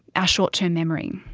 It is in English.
ah short term memory.